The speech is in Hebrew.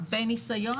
הרבה ניסיון.